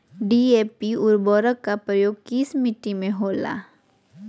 DAP उर्वरक का प्रयोग किस मिट्टी में होला?